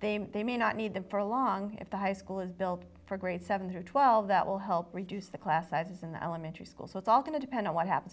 they may not need them for long if the high school is built for grades seven through twelve that will help reduce the class sizes and elementary schools with all going to depend on what happens